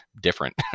different